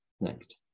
next